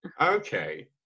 okay